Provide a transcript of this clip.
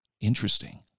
Interesting